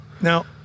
Now